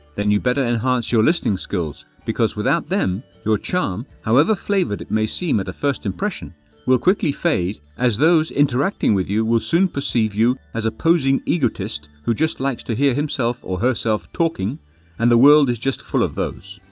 then you better enhance your listening skills because without them your charm however flavored it may seem at a first impression will quickly fade as those interacting with you soon perceive you as a posing egotist who just likes to hear himself or herself talking and the world is just full of those.